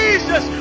Jesus